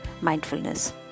mindfulness